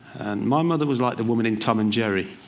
my mother was like the woman in tom and jerry.